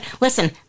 listen